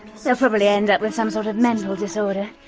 so probably end up with some sort of mental disorder.